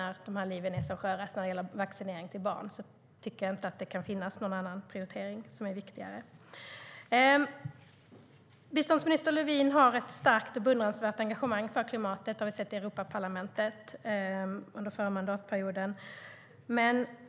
När det gäller vaccinering till barn tycker jag inte att det kan finnas någon annan prioritering som är viktigare. Biståndsminister Lövin har ett starkt och beundransvärt engagemang för klimatet. Det har vi sett i Europaparlamentet under den förra mandatperioden.